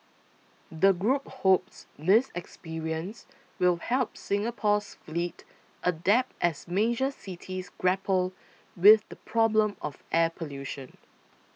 the group hopes this experience will help Singapore's fleet adapt as major cities grapple with the problem of air pollution